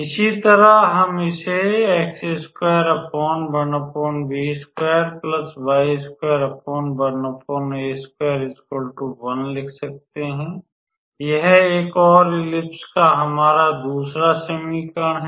इसी तरह हम इसे लिख सकते हैं यह एक और दीर्घवृत्त का हमारा दूसरा समीकरण है